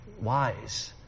wise